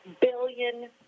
billion